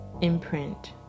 Imprint